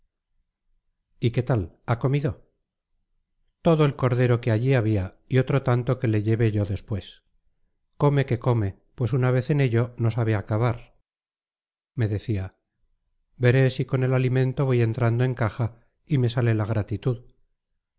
y qué tal ha comido todo el cordero que allí había y otro tanto que le llevé yo después come que come pues una vez en ello no sabe acabar me decía veré si con el alimento voy entrando en caja y me sale la gratitud